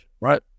right